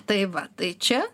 tai va tai čia